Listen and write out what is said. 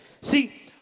see